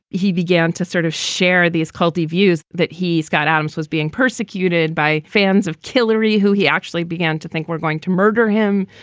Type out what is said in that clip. he began to sort of share these culty views that he, scott adams, was being persecuted by fans of hillary, who he actually began to think we're going to murder him.